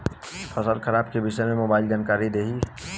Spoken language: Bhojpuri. फसल खराब के विषय में मोबाइल जानकारी देही